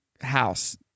house